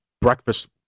breakfast